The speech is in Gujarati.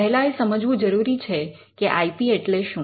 પહેલા એ સમજવું જરૂરી છે કે આઇ પી એટલે શું